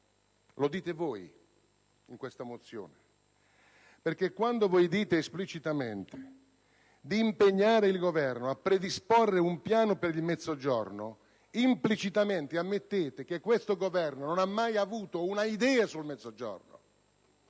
Lo dite voi in questa mozione, quando dite esplicitamente di impegnare il Governo a predisporre un piano per il Mezzogiorno: implicitamente ammettete che questo Governo non ha mai avuto un'idea sul Mezzogiorno.